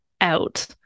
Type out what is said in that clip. out